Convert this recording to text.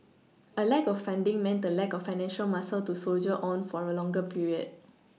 a lack of funding meant a lack of financial muscle to soldier on for a longer period